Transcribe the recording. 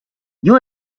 you